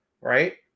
right